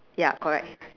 ya correct